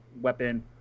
weapon